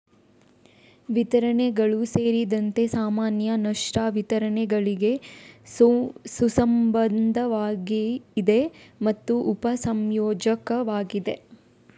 ವಿತರಣೆಗಳು ಸೇರಿದಂತೆ ಸಾಮಾನ್ಯ ನಷ್ಟ ವಿತರಣೆಗಳಿಗೆ ಸುಸಂಬದ್ಧವಾಗಿದೆ ಮತ್ತು ಉಪ ಸಂಯೋಜಕವಾಗಿದೆ